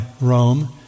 Rome